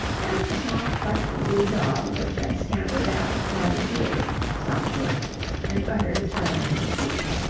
and the small white woolly dog which had scampered out at sally's heels stopped short and uttered a challenging squeak.